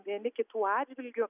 vieni kitų atžvilgiu